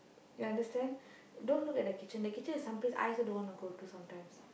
you understand don't look at the kitchen the kitchen is some place I also don't want to go to sometimes